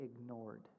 ignored